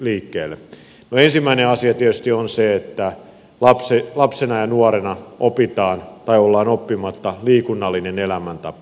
no ensimmäinen asia tietysti on se että lapsena ja nuorena opitaan tai ollaan oppimatta liikunnallinen elämäntapa